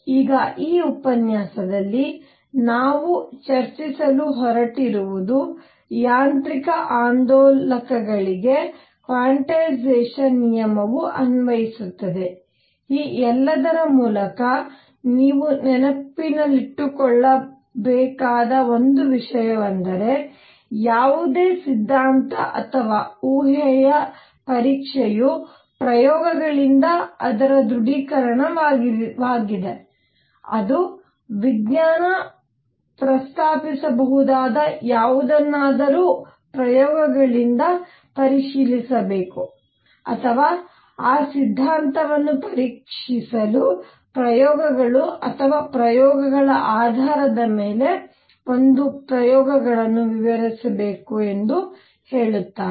ಈಗ ಈ ಉಪನ್ಯಾಸದಲ್ಲಿ ನಾವು ಚರ್ಚಿಸಲು ಹೊರಟಿರುವುದು ಯಾಂತ್ರಿಕ ಆಂದೋಲಕಗಳಿಗೆ ಕ್ವಾಂಟೈಝೆಷನ್ ನಿಯಮವು ಅನ್ವಯಿಸುತ್ತದೆ ಈ ಎಲ್ಲದರ ಮೂಲಕ ನೀವು ನೆನಪಿನಲ್ಲಿಟ್ಟುಕೊಳ್ಳಬೇಕಾದ ಒಂದು ವಿಷಯವೆಂದರೆ ಯಾವುದೇ ಸಿದ್ಧಾಂತ ಅಥವಾ ಊಹೆಯ ಪರೀಕ್ಷೆಯು ಪ್ರಯೋಗಗಳಿಂದ ಅದರ ದೃಡಿಕರಣವಾಗಿದೆ ಅದು ವಿಜ್ಞಾನ ಪ್ರಸ್ತಾಪಿಸಬಹುದಾದ ಯಾವುದನ್ನಾದರೂ ಪ್ರಯೋಗಗಳಿಂದ ಪರಿಶೀಲಿಸಬೇಕು ಅಥವಾ ಆ ಸಿದ್ಧಾಂತವನ್ನು ಪರೀಕ್ಷಿಸಲು ಪ್ರಯೋಗಗಳು ಅಥವಾ ಪ್ರಯೋಗಗಳ ಆಧಾರದ ಮೇಲೆ ಒಂದು ಪ್ರಯೋಗಗಳನ್ನು ವಿವರಿಸಬೇಕು ಎಂದು ಹೇಳುತ್ತಾರೆ